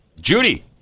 Judy